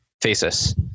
faces